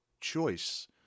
choice